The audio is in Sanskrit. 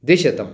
द्विशतम्